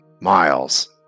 Miles